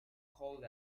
cold